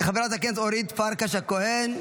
חברת הכנסת אורית פרקש הכהן.